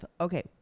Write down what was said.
Okay